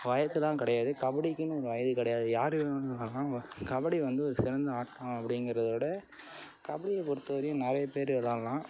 வயதெல்லாம் கிடையாது கபடிக்குன்னு ஒரு வயது கெடையாது யார் வேணும்னாலும் கபடி வந்து சிறந்த ஆட்டம் அப்படிங்குறதோட கபடியை பொறுத்த வரையும் நிறைய பேர் விளாடலாம்